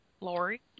Lori